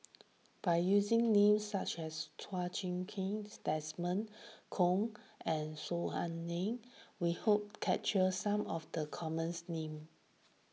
by using names such as Chua Chim Kang Desmond Kon and Saw Ang we hope capture some of the common names